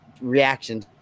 reaction